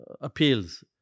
appeals